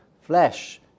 flesh